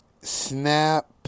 Snap